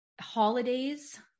Holidays